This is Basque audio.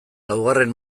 laugarren